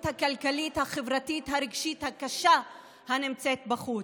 הכלכלית-החברתית-הרגשית הקשה הנמצאת בחוץ,